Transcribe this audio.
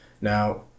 Now